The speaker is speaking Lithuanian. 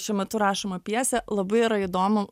šiuo metu rašoma pjesė labai yra įdomu